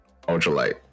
Ultralight